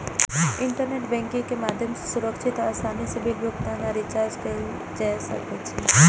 internet banking के माध्यम सं सुरक्षित आ आसानी सं बिल भुगतान आ रिचार्ज कैल जा सकै छै